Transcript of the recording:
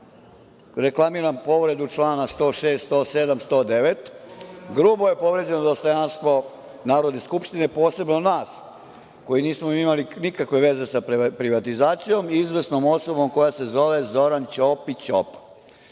reklamiram povredu člana 106, 107. i 109. Grubo je povređeno dostojanstvo Narodne skupštine, posebno nas koji nismo imali nikakve veze sa privatizacijom i izvesnom osobom koja se zove Zoran Ćopić